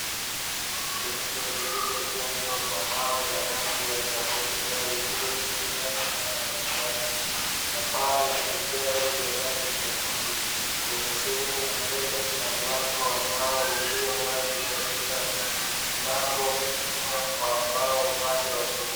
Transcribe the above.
Jengo lililojengwa kwa mawe ya rangi ya kahawia iliyochanganywa na manjano na paa la vigae vya rangi nyekundu. Kwenye sehemu ya mbele kuna mlango ambao ulio wazi katika mlango mwingine wa mbao upande wa kulia.